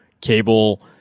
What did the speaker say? cable